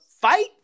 fight